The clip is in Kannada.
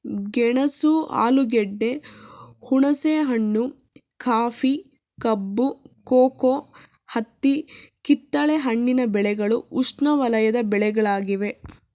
ಗೆಣಸು ಆಲೂಗೆಡ್ಡೆ, ಹುಣಸೆಹಣ್ಣು, ಕಾಫಿ, ಕಬ್ಬು, ಕೋಕೋ, ಹತ್ತಿ ಕಿತ್ತಲೆ ಹಣ್ಣಿನ ಬೆಳೆಗಳು ಉಷ್ಣವಲಯದ ಬೆಳೆಗಳಾಗಿವೆ